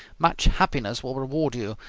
much happiness will reward you.